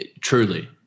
truly